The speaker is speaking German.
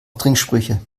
trinksprüche